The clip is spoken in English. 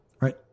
right